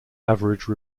average